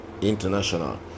international